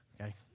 Okay